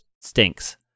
stinks